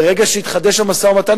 ברגע שיתחדש המשא-ומתן,